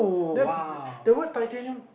that's the words titanium